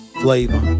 flavor